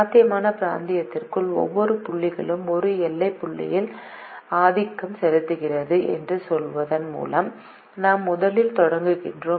சாத்தியமான பிராந்தியத்திற்குள் ஒவ்வொரு புள்ளியும் ஒரு எல்லை புள்ளியால் ஆதிக்கம் செலுத்துகிறது என்று சொல்வதன் மூலம் நாம் முதலில் தொடங்குகிறோம்